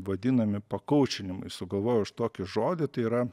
vadinami pakaučinimai sugalvojau aš tokį žodį tai yra